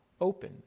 open